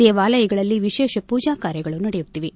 ದೇವಾಲಯಗಳಲ್ಲಿ ವಿಶೇಷ ಪೂಜಾ ಕಾರ್ಯಗಳು ನಡೆಯುತ್ತಿವೆ